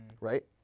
Right